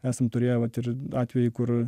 esam turėję vat ir atvejį kur